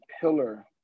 pillar